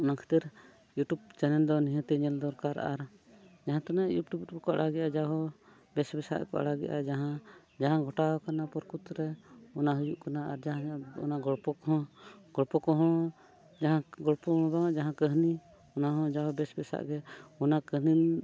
ᱚᱱᱟ ᱠᱷᱟᱹᱛᱤᱨ ᱪᱮᱱᱮᱞ ᱫᱚ ᱱᱤᱦᱟᱹᱛ ᱧᱮᱞ ᱫᱚᱨᱠᱟᱨ ᱟᱨ ᱡᱟᱦᱟᱸ ᱛᱤᱱᱟᱹᱜ ᱨᱮᱠᱚ ᱟᱲᱟᱜ ᱮᱫᱟ ᱡᱟᱦᱟᱸᱭ ᱵᱮᱥᱼᱵᱮᱥᱟᱜ ᱠᱚ ᱟᱲᱟᱜ ᱮᱫᱟ ᱡᱟᱦᱟᱸ ᱜᱷᱚᱴᱟᱣ ᱟᱠᱟᱱᱟ ᱯᱚᱨᱠᱨᱤᱛᱤ ᱨᱮ ᱚᱱᱟ ᱦᱩᱭᱩᱜ ᱠᱟᱱᱟ ᱟᱨ ᱡᱟᱦᱟᱸ ᱚᱱᱟ ᱜᱚᱞᱯᱚ ᱠᱚᱦᱚᱸ ᱜᱚᱞᱯᱚ ᱠᱚᱦᱚᱸ ᱡᱟᱦᱟᱸ ᱜᱚᱞᱯᱚ ᱫᱚ ᱵᱟᱝᱟ ᱡᱟᱦᱟᱸ ᱠᱟᱹᱦᱱᱤ ᱚᱱᱟᱦᱚᱸ ᱡᱟᱦᱟᱸ ᱵᱮᱥᱼᱵᱮᱥᱟᱜ ᱜᱮ ᱚᱱᱟ ᱠᱟᱹᱦᱱᱤᱢ